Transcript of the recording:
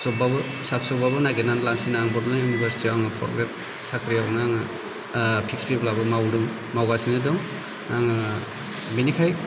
जब बाबो फिसा फिसौ बाबो नागेर नानै लानसै होनानै आंङो बड'लेण्ड युनिभारसिटिआव आं फर ग्रेड साख्रिआवनो आंङो फिक्स पे ब्लाबो मावदों मावगासिनो दं आंङो बिनिखाय